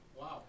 Wow